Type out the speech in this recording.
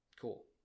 Cool